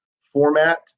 format